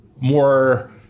more